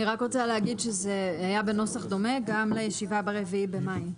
אני רק רוצה להגיד שזה היה בנוסח דומה גם לישיבה ב-4 במאי.